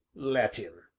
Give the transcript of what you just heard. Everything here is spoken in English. let im.